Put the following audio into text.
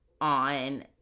on